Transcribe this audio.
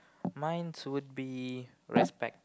minds would be respect